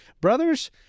brothers